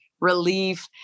relief